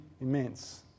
immense